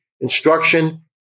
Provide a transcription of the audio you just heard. instruction